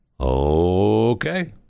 Okay